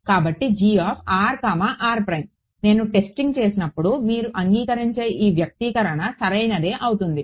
కాబట్టి నేను టెస్టింగ్ చేసినప్పుడు మీరు అంగీకరించే ఈ వ్యక్తీకరణ సరైనదే అవుతుంది